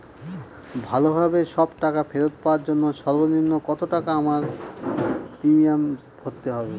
ভালোভাবে সব টাকা ফেরত পাওয়ার জন্য সর্বনিম্ন কতটাকা আমায় প্রিমিয়াম ভরতে হবে?